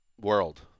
world